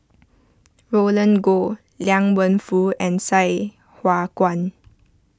Roland Goh Liang Wenfu and Sai Hua Kuan